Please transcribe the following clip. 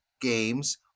games